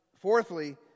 fourthly